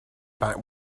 back